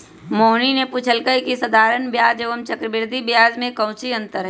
मोहिनी ने पूछल कई की साधारण ब्याज एवं चक्रवृद्धि ब्याज में काऊची अंतर हई?